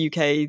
UK